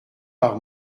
par